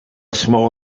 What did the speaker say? small